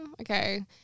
okay